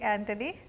Anthony